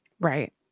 Right